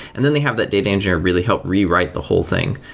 and then they have that data engineer really help rewrite the whole thing.